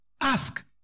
Ask